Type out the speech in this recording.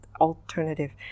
alternative